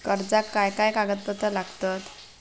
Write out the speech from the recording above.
कर्जाक काय काय कागदपत्रा लागतत?